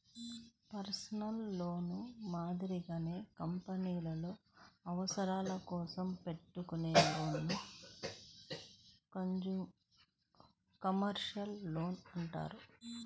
personal లోన్లు మాదిరిగానే కంపెనీల అవసరాల కోసం పెట్టుకునే లోన్లను కమర్షియల్ లోన్లు అంటారు